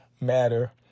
matter